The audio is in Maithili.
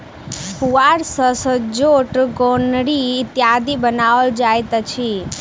पुआर सॅ सजौट, गोनरि इत्यादि बनाओल जाइत अछि